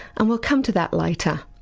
and we'll come to that later.